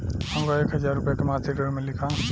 हमका एक हज़ार रूपया के मासिक ऋण मिली का?